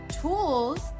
tools